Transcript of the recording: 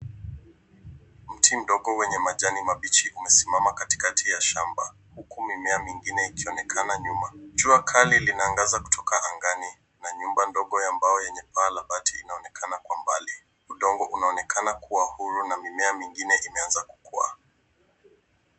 Mti mdogo wenye majani mabichi umesimama katikat ya shamba huku mimea mingine ikionekana nyuma. Jua kali linaangaza kutoka angani na nyumba ndogo ya mbao yenye paa la bati inaonekana kwa mbali. Udongo unaonekana kuwa huru na mimea mingine imeanza kukua.